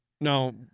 no